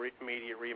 immediate